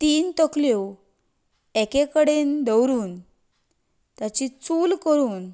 तीन तकल्यो एके कडेन दवरून ताची चूल करून